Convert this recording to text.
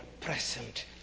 present